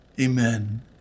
amen